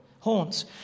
horns